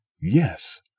Yes